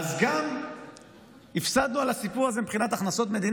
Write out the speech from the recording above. אז גם הפסדנו על הסיפור הזה מבחינת הכנסות מדינה,